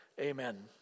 Amen